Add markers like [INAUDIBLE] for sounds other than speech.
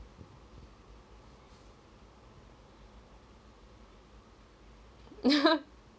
[LAUGHS]